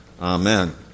amen